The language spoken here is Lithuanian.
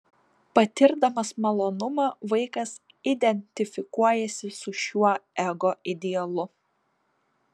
patirdamas malonumą vaikas identifikuojasi su šiuo ego idealu